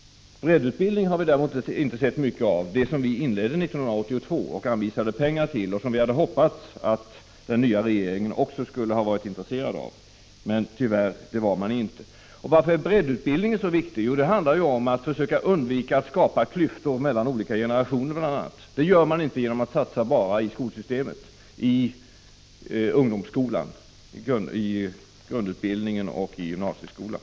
Breddutbildningen har vi inte sett mycket av — den som vi inledde 1982, som vi anvisade pengar till och som vi hade hoppats att den nya regeringen också skulle vara intresserad av. Men det var man tyvärr inte. Varför är breddutbildningen så viktig? Det handlar bl.a. om att försöka undvika att skapa klyftor mellan olika generationer. Det gör man inte genom att satsa bara på skolsystemet, i ungdomsskolan — grundutbildningen och gymnasieskolan.